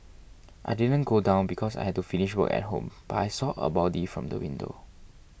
I didn't go down because I had to finish work at home but I saw a body from the window